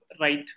right